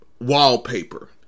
wallpaper